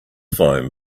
foam